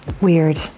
Weird